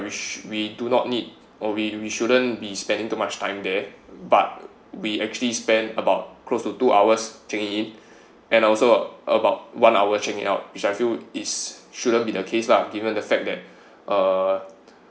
which we do not need or we shouldn't be spending too much time there but we actually spent about close to two hours checking in and also about one hour check out which I feel is shouldn't be the case lah given the fact that uh